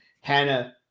Hannah